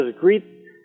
Greet